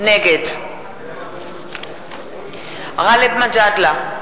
נגד גאלב מג'אדלה,